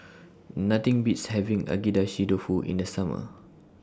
Nothing Beats having Agedashi Dofu in The Summer